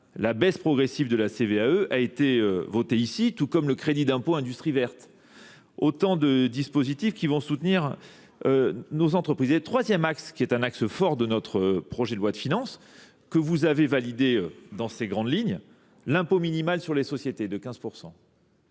La baisse progressive de la CVAE a été votée ici, tout comme le crédit d'impôt industrie verte. Autant de dispositifs qui vont soutenir nos entreprises. Le troisième axe, qui est un axe fort de notre projet de loi de finances, que vous avez validé dans ces grandes lignes, l'impôt minimal sur les sociétés de 15%.